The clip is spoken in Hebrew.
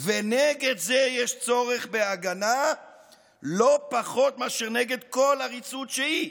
ונגד זה יש צורך בהגנה לא פחות מאשר נגד כל עריצות שהיא.